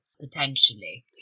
potentially